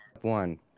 One